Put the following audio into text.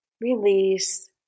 release